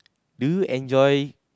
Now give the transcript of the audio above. do you enjoy